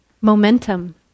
momentum